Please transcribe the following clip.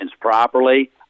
properly